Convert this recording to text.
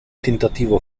tentativo